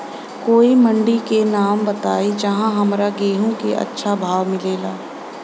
कोई मंडी के नाम बताई जहां हमरा गेहूं के अच्छा भाव मिले?